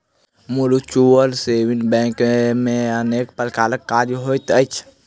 mutual saving bank मे अनेक प्रकारक काज होइत अछि